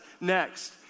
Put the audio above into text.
next